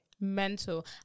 Mental